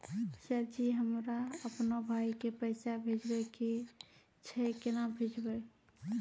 Sir ji हमरा अपनो भाई के पैसा भेजबे के छै, केना भेजबे?